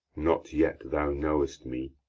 not yet thou know'st me,